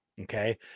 Okay